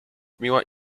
miła